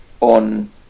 on